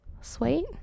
sweet